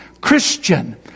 Christian